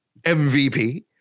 MVP